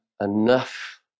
enough